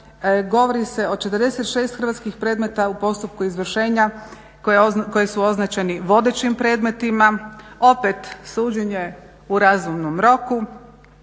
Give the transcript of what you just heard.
Govori se o 46 hrvatskih predmeta u postupku izvršenja koji su označeni vodećim predmetima. Opet suđenje u razumnom roku,